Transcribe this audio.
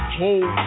hold